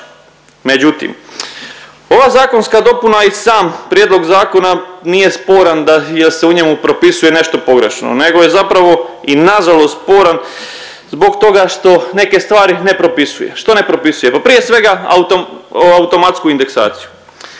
Međutim, ova zakonska dopuna i sam prijedlog zakona nije sporan da jer se u njemu propisuje nešto pogrešno, nego je zapravo i nažalost sporan zbog toga što neke stvari ne propisuje. Što ne propisuje? Pa prije svega automatsku indeksaciju.